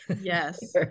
yes